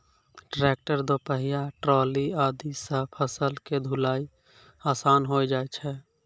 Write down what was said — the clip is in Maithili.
ट्रैक्टर, दो पहिया ट्रॉली आदि सॅ फसल के ढुलाई आसान होय जाय छै